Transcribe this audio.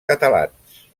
catalans